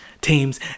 teams